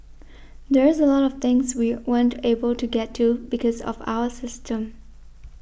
there's a lot of things we weren't able to get to because of our system